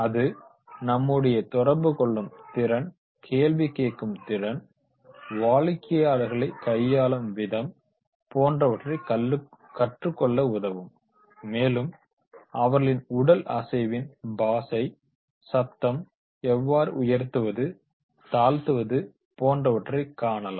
அது நம்முடைய தொடர்பு கொள்ளும் திறன் கேள்வி கேட்கும் திறன் வாடிக்கையாளர்களை கையாளும் விதம் போன்றவற்றைக் கற்றுக்கொள்ள உதவும் மேலும் அவர்களின் உடல் அசைவின் பாஷை சப்தம் எவ்வாறு உயர்த்துவது தாழ்த்துவது போன்றவற்றை காணலாம்